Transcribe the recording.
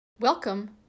Welcome